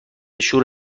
شور